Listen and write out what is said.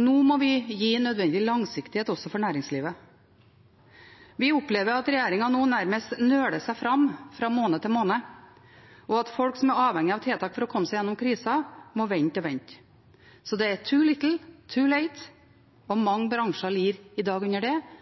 Nå må vi gi nødvendig langsiktighet også for næringslivet. Vi opplever at regjeringen nå nærmest nøler seg fram fra måned til måned, og at folk som er avhengig av tiltak for å komme seg gjennom krisen, må vente og vente. Så det er «too little, too late». Mange bransjer lider i dag under det,